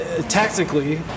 tactically